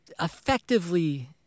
effectively